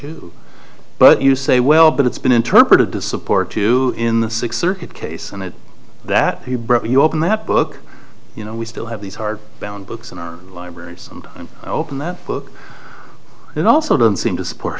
you but you say well but it's been interpreted to support two in the six circuit case and that he brought you up in that book you know we still have these hard bound books in our libraries and open that book and also don't seem to support